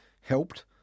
helped